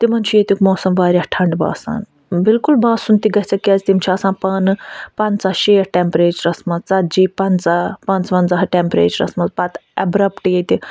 تِمَن چھُ ییٚتیُک موسَم واریاہ ٹھنٛڈٕ باسان بِلکُل باسُن تہِ گژھکھ تِکیٛازِ تِم چھِ آسان پانہٕ پَنٛژاہ شیٹھ ٹرٛیمپیچرَس منٛز ژَتجی پَنٛژاہ پانٛژوَنزہ ٹیمپریچرَس منٛز پَتہٕ اٮ۪برَپٹ ییٚتہِ